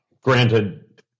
Granted